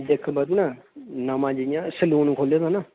इक बारी ना नमां जियां सलून खोह्ले दा ना